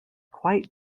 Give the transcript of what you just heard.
quite